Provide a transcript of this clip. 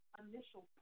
initial